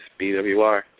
BWR